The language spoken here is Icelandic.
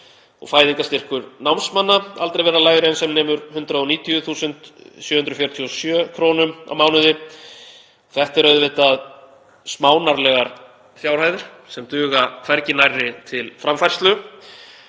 og fæðingarstyrkur námsmanna aldrei vera lægri en sem nemur 190.747 kr. á mánuði. Þetta eru auðvitað smánarlegar fjárhæðir sem duga hvergi nærri til framfærslu.